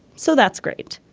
so that's great.